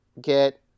get